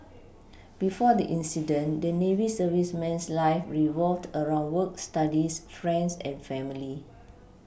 before the incident the Navy serviceman's life revolved around work Studies friends and family